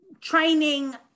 training